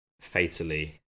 fatally